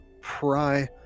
pry